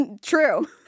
True